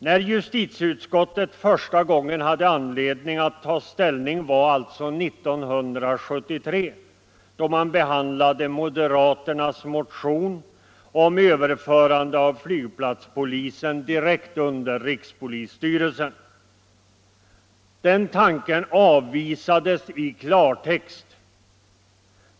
När justitieutskottet första gången hade anledning ta ställning var alltså 1973, då man behandlade moderaternas motion om överförande av flygplatspolisen direkt under rikspolisstyrelsen. Den tanken avvisades i klartext.